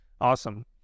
Awesome